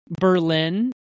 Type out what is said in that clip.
berlin